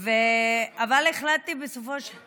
אבל החלטתי בסופו של דבר,